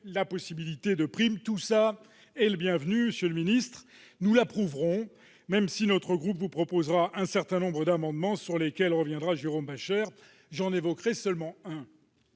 la possibilité de primes. Tout cela est bienvenu, monsieur le ministre, et nous l'approuverons, même si notre groupe va proposer un certain nombre d'amendements sur lesquels reviendra Jérôme Bascher. Pour ma part, j'en évoquerai seulement un.